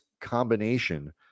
combination